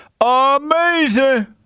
Amazing